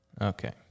Okay